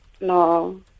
No